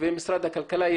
ומשרד הכלכלה,